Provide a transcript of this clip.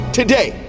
today